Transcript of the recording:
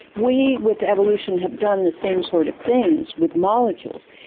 we with evolution have done the same sort of things with molecules,